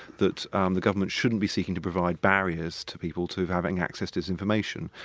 that um the government shouldn't be seeking to provide barriers to people to having access to this information.